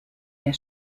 der